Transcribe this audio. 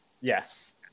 Yes